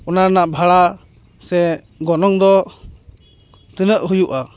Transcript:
ᱚᱱᱟ ᱨᱮᱱᱟᱜ ᱵᱷᱟᱲᱟ ᱥᱮ ᱜᱚᱱᱚᱝ ᱫᱚ ᱛᱤᱱᱟᱹᱜ ᱦᱩᱭᱩᱜᱼᱟ